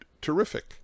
terrific